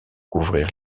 couvrir